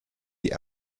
die